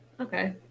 okay